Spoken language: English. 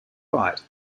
fight